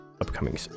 upcoming